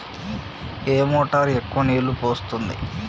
ఏ motor ఎక్కువ నీళ్లు పోస్తుంది?